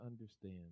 understand